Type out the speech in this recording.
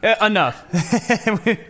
enough